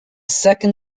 second